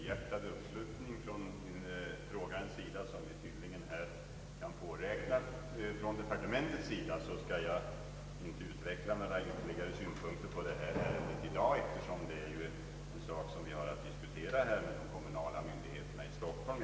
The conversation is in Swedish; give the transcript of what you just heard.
Herr talman! Med hänsyn tagen till den helhjärtade uppslutning från frågeställarens sida som departementet tydligen kan påräkna skall jag inte utveckla några ytterligare synpunkter på ärendet i dag, eftersom det är en sak som vi har att diskutera med de kommunala myndigheterna i Stockholm.